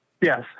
Yes